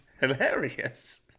hilarious